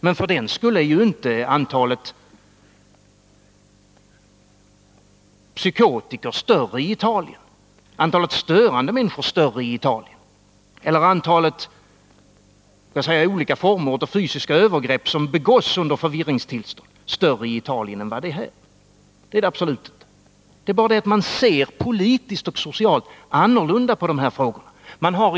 Men för den skull är inte antalet psykotiker, antalet störande människor eller antalet fysiska övergrepp som begås under förvirringstillstånd större i Italien än här — absolut inte. Det är bara det att man ser politiskt och socialt annorlunda på de här frågorna än i Sverige.